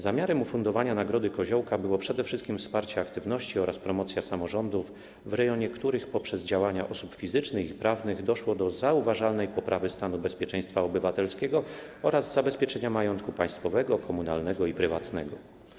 Zamiarem ufundowania nagrody Koziołka było przede wszystkim wsparcie aktywności oraz promocja samorządów, w rejonie których poprzez działania osób fizycznych i prawnych doszło do zauważalnej poprawy stanu bezpieczeństwa obywatelskiego oraz zabezpieczenia majątku państwowego, komunalnego i prywatnego.